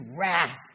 wrath